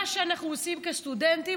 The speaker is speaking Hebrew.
מה שאנחנו עושים כסטודנטים,